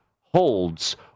holds